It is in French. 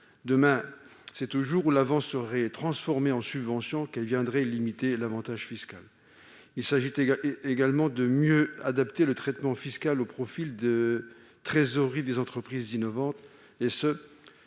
demain, c'est au jour où l'avance serait transformée en subvention qu'elle viendrait limiter l'avantage fiscal. Il s'agit aussi de mieux adapter le traitement fiscal au profil de trésorerie des entreprises innovantes, ce